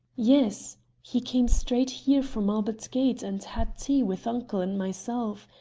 yes he came straight here from albert gate, and had tea with uncle and myself.